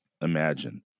imagine